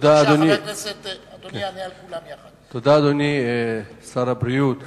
תודה, אדוני שר הבריאות,